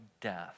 death